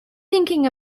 thinking